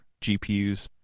gpus